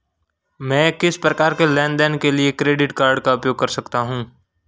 मैं किस प्रकार के लेनदेन के लिए क्रेडिट कार्ड का उपयोग कर सकता हूं?